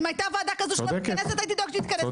אם הייתה וועדה --- הייתי דואגת שתתכנס.